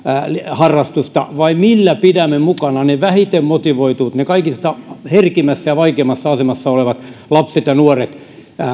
harrastusta vai millä pidämme mukana ne vähiten motivoituneet ne kaikista herkimmässä ja vaikeimmassa asemassa olevat lapset ja nuoret